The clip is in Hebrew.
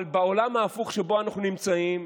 אבל בעולם ההפוך שבו אנחנו נמצאים,